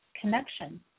Connection